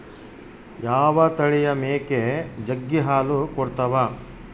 ಯಾವ ತಳಿಯ ಮೇಕೆ ಜಗ್ಗಿ ಹಾಲು ಕೊಡ್ತಾವ?